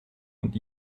und